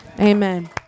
Amen